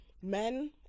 Men